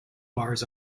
bars